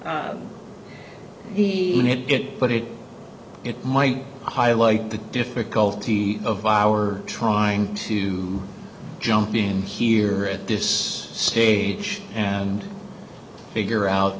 but it might highlight the difficulty of our trying to jump in here at this stage and figure out